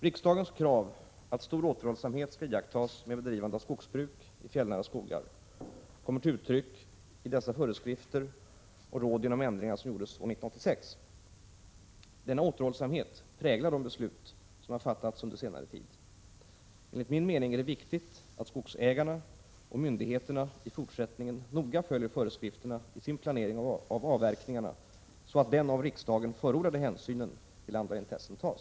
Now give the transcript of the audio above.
Riksdagens krav att stor återhållsamhet skall iakttas med bedrivande av skogsbruk i fjällnära skogar kommer till uttryck i dessa föreskrifter och råd genom ändringar som gjordes år 1986. Denna återhållsamhet präglar de beslut som har fattats under senare tid. Enligt min mening är det viktigt att skogsägarna och myndigheterna i fortsättningen noga följer föreskrifterna i sin planering av avverkningarna så att den av riksdagen förordade hänsynen till andra intressen tas.